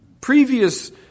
previous